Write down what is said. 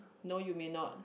no you may not